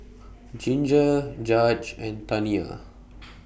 Ginger Judge and Taniya